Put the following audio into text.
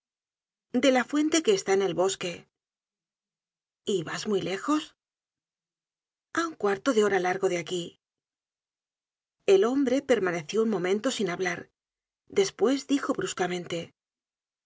de la fuente que está en el bosque y vas muy lejos a un cuarto de hora largo de aquí el hombre permaneció un momento sin hablar despues dijo bruscamente no